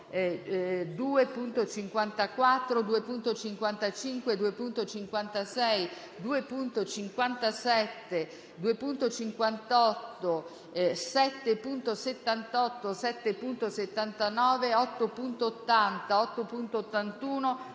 2.54, 2.55, 2.56, 2.57, 2.58, 7.78, 7.79, 8.80, 8.81